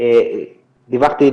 דיווחתי,